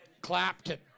Clapton